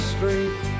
Street